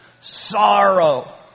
sorrow